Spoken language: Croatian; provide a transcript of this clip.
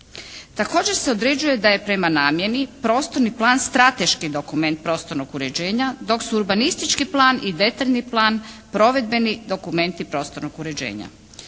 Također se određuje da je prema namjeni prostorni plan strateški dokument prostornog uređenja, dok su urbanistički plan i detaljni plan provedbeni dokumenti prostornog uređenja.